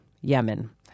Yemen